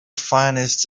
finest